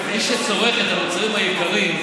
מי שצורך את המוצרים היקרים,